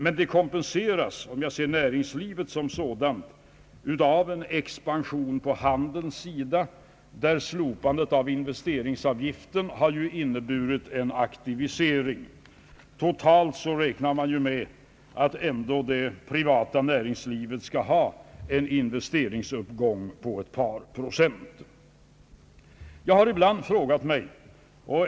Men det kompenseras för näringslivet som sådant av en expansion av handeln, där slopandet av investeringsavgiften ju har inneburit en aktivisering. Totalt räknar man ändå med att det privata näringslivet skall ha en investeringsuppgång på ett par procent.